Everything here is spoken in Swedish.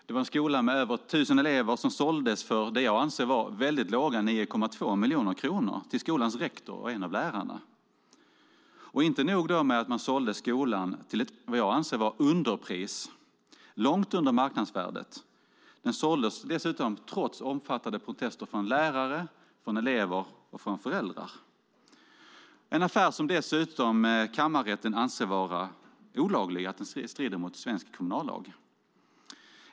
Det var en skola med över 1 000 elever som såldes för den, som jag anser, väldigt låga summan 9,2 miljoner kronor till skolans rektor och en av lärarna. Och inte nog med att man sålde skolan till ett, som jag anser, underpris, långt under marknadsvärdet, utan den såldes dessutom trots omfattande protester från lärare, elever och föräldrar. Dessutom anser kammarrätten affären vara olaglig, att den strider mot svensk kommunallag.